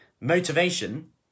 motivation